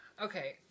Okay